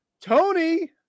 Tony